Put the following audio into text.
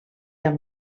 amb